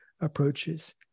approaches